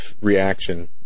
reaction